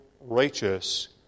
righteous